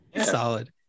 Solid